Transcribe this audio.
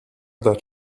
that